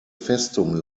festung